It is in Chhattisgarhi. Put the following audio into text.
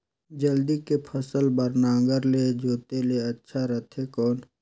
हल्दी के फसल बार नागर ले जोते ले अच्छा रथे कौन?